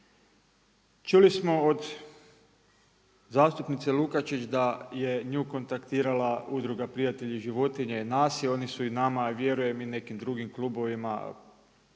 Čuli smo od zastupnice Lukačić da je nju kontaktirala Udruga „Prijatelji životinja“ i nas i oni su i nama, a vjerujem i nekim drugim klubovima